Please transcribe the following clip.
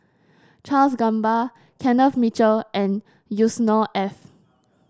Charles Gamba Kenneth Mitchell and Yusnor Ef